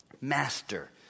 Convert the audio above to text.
master